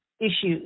Issues